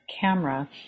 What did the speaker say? camera